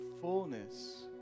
fullness